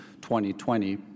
2020